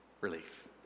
relief